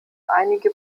einige